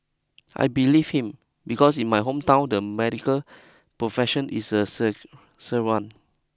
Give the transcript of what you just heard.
I believed him because in my hometown the medical profession is a sec sir one